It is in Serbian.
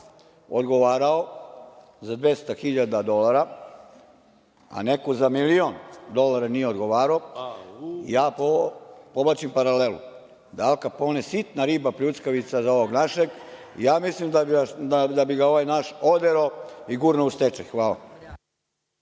odgovarao za 200.000 dolara, a neko za milion dolara nije odgovarao, ja povlačim paralelu da je Al Kapone sitna riba pljuckavica za ovog našeg i ja mislim da bi ga ovaj naš oderao i gurnuo u stečaj.